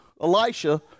Elisha